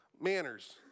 manners